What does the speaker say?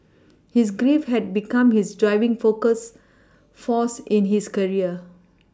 his grief had become his driving focus force in his career